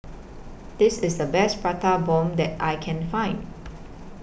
This IS The Best Prata Bomb that I Can Find